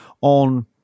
on